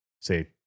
say